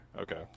okay